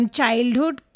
childhood